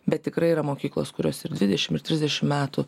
bet tikrai yra mokyklos kurios ir dvidešimt ir trisdešimt metų